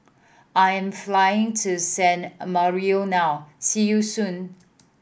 I am flying to San Marino now see you soon